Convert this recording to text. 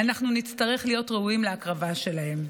אנחנו נצטרך להיות ראויים להקרבה שלהם.